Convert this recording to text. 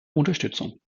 unterstützung